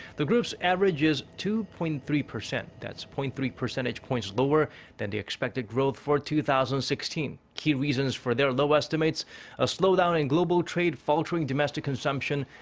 the group's average is two point three percent that's point three percentage points lower than the expected growth for two thousand and sixteen. key reasons for their low estimates a slowdown in global trade, faltering domestic consumption,